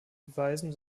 beweisen